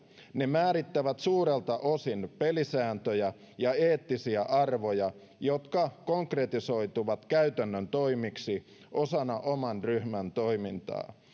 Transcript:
ne määrittävät suurelta osin pelisääntöjä ja eettisiä arvoja jotka konkretisoituvat käytännön toimiksi osana oman ryhmän toimintaa